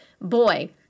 boy